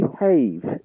behave